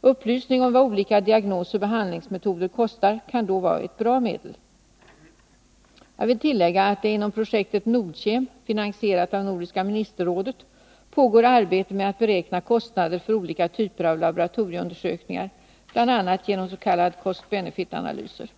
Upplysning om vad olika diagnosoch behandlingsmetoder kostar kan då vara ett bra medel. Jag vill tillägga att det inom projektet Nordkem, finansierat av Nordiska ministerrådet, pågår arbete med att beräkna kostnader för olika typer av laboratorieundersökningar, bl.a. genom s.k. cost-benefitanalyser.